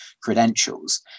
credentials